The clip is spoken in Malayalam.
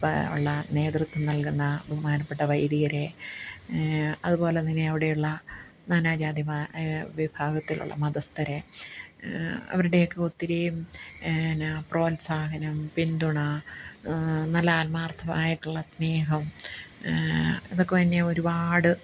പ്പേ ഉള്ള നേതൃത്വം നൽകുന്ന ബഹുമാനപ്പെട്ട വൈദികരേ അതുപോലെതന്നെ അവിടെയുള്ള നാനാജാതി വിഭാഗത്തിലുള്ള മതസ്ഥരേ അവരുടെയൊക്കെ ഒത്തിരിയും പിന്നെ പ്രോത്സാഹനം പിന്തുണ നല്ല ആത്മാർത്ഥമായിട്ടുള്ള സ്നേഹം ഇതൊക്കെ എന്നെ ഒരുപാട്